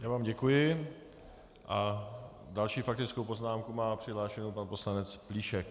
Já vám děkuji a další faktickou poznámku má přihlášený pan poslanec Plíšek.